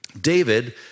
David